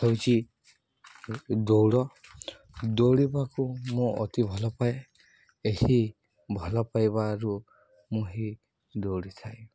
ହେଉଛି ଦୌଡ଼ ଦୌଡ଼ିବାକୁ ମୁଁ ଅତି ଭଲ ପାଏ ଏହି ଭଲ ପାଇବାରୁ ମୁଁ ଏହିି ଦୌଡ଼ି ଥାଏ